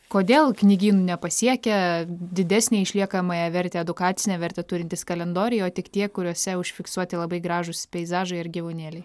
kodėl knygynų nepasiekia didesnę išliekamąją vertę edukacinę vertę turintys kalendoriai o tik tie kuriuose užfiksuoti labai gražūs peizažai ir gyvūnėliai